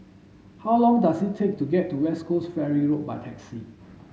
how long does it take to get to West Coast Ferry Road by taxi